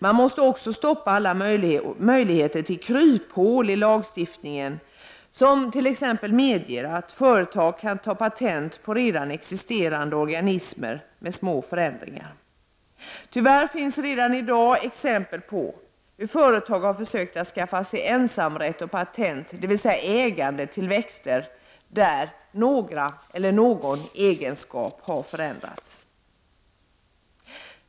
Man måste också stoppa alla möjligheter till ”kryphål” i lagstiftningen som t.ex. medger att företag kan ta patent på redan existerande organismer med små förändringar. Tyvärr finns det redan i dag exempel på hur företag har försökt att skaffa sig ensamrätt och patent, dvs. ägande till växter där några egenskaper eller någon egenskap har förändrats.